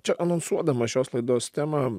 čia anonsuodamas šios laidos temą